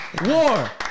War